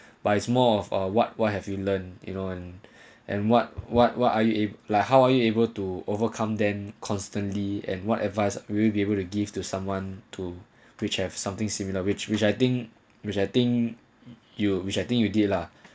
but it's more of a what what have you learned you know and and what what what are you like how are you able to overcome them constantly and what advice will be able to give to someone to which have something similar which which I think which I think you which I think you did lah